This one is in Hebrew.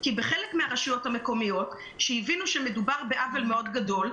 כי בחלק מהרשויות המקומיות כשהבינו שמדובר בעוול מאוד גדול,